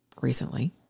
recently